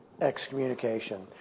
excommunication